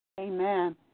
Amen